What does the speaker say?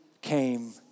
came